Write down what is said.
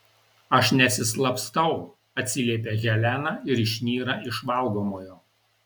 aš nesislapstau atsiliepia helena ir išnyra iš valgomojo